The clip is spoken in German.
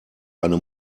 eine